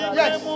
yes